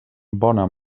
bona